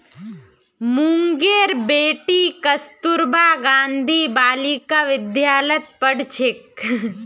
मंगूर बेटी कस्तूरबा गांधी बालिका विद्यालयत पढ़ छेक